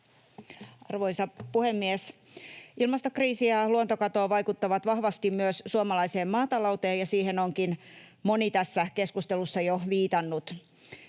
Arvoisa puhemies! Ilmastokriisi ja luontokato vaikuttavat vahvasti myös suomalaiseen maatalouteen, ja siihen onkin moni tässä keskustelussa jo viitannut.